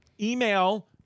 email